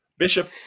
Bishop